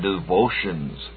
devotions